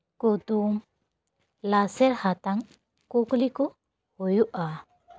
ᱠᱩᱫᱩᱢ ᱞᱟᱥᱮᱨ ᱦᱟᱛᱟᱝ ᱠᱩᱠᱞᱤ ᱠᱚ ᱦᱩᱭᱩᱜᱼᱟ